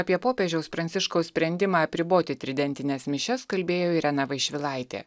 apie popiežiaus pranciškaus sprendimą apriboti tridentines mišias kalbėjo irena vaišvilaitė